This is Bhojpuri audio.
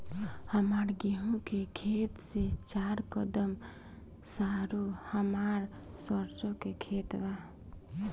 हमार गेहू के खेत से चार कदम रासु हमार सरसों के खेत बा